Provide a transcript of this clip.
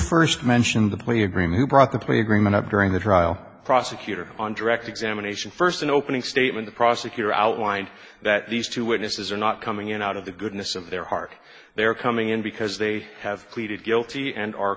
first mentioned the plea agreement brought the plea agreement up during the trial prosecutor on direct examination first in opening statement the prosecutor outlined that these two witnesses are not coming in out of the goodness of their heart they're coming in because they have pleaded guilty and